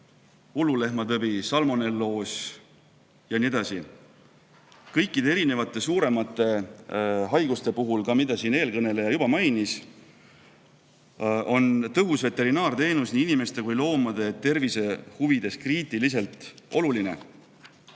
lehma tõbi, salmonelloos ja nii edasi. Kõikide suuremate haiguste puhul, mida eelkõneleja samuti juba mainis, on tõhus veterinaarteenus nii inimeste kui ka loomade tervise huvides kriitiliselt oluline.